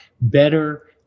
better